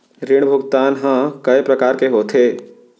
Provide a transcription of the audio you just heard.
ऋण भुगतान ह कय प्रकार के होथे?